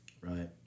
right